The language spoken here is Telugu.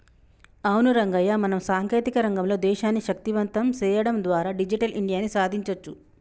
అవును రంగయ్య మనం సాంకేతిక రంగంలో దేశాన్ని శక్తివంతం సేయడం ద్వారా డిజిటల్ ఇండియా సాదించొచ్చు